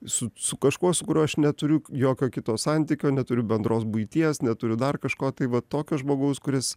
su su kažkuo su kuriuo aš neturiu jokio kito santykio neturiu bendros buities neturiu dar kažko tai va tokio žmogaus kuris